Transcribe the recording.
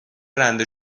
رنده